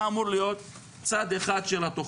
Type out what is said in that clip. זה אמור להיות צעד אחד בתכנית.